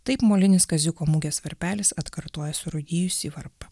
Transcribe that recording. taip molinis kaziuko mugės varpelis atkartoja surūdijusį varpą